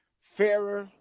fairer